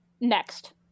next